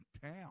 town